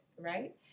right